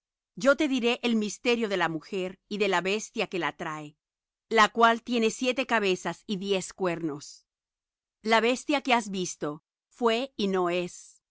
yo te diré el misterio de la mujer y de la bestia que la trae la cual tiene siete cabezas y diez cuernos la bestia que has visto fué y no es